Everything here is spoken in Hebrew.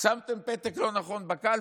שמתם פתק לא נכון בקלפי,